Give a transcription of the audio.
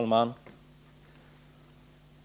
Herr talman!